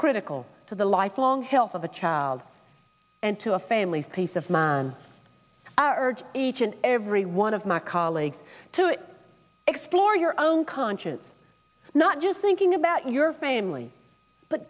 critical to the lifelong health of a child and to a family's piece of man are urged each and every one of my colleagues to explore your own conscience not just thinking about your family but